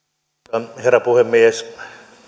arvoisa herra puhemies